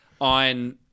on